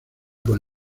con